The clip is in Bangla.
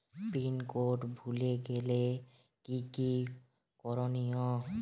পিন কোড ভুলে গেলে কি কি করনিয়?